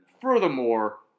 Furthermore